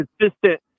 consistent